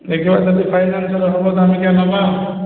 final ଧର ହେବ ଦାମିକିଆ ନେବା